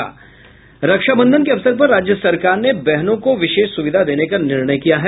रक्षाबंधन के अवसर पर राज्य सरकार ने बहनों को विशेष सुविधा देने का निर्णय किया है